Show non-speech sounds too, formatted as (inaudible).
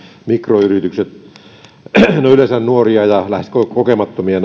mikroyritykset ovat yleensä nuoria ja yrittäjät siellä lähes kokemattomia (unintelligible)